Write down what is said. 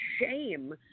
shame